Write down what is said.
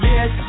Yes